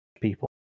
people